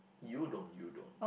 you don't you don't